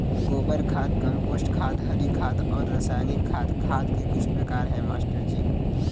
गोबर खाद कंपोस्ट खाद हरी खाद और रासायनिक खाद खाद के कुछ प्रकार है मास्टर जी